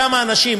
כמה אנשים,